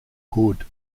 hood